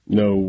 no